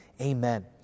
Amen